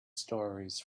stories